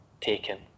taken